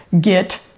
get